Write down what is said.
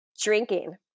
drinking